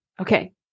Okay